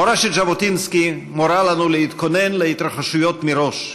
מורשת ז'בוטינסקי מורה לנו להתכונן להתרחשויות מראש,